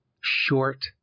short